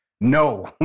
No